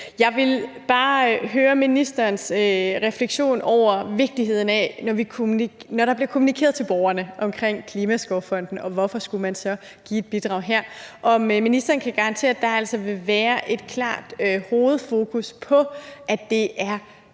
Jeg vil bare høre ministerens refleksion over kommunikationen til borgerne omkring Klimaskovfonden, og hvorfor man skulle give et bidrag her, altså om ministeren kan garantere, at der vil være et klart hovedfokus på, at det er